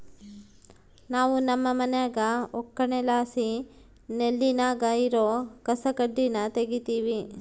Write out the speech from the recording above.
ನಾವು ನಮ್ಮ ಮನ್ಯಾಗ ಒಕ್ಕಣೆಲಾಸಿ ನೆಲ್ಲಿನಾಗ ಇರೋ ಕಸಕಡ್ಡಿನ ತಗೀತಿವಿ